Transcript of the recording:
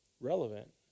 relevant